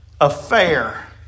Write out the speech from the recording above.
affair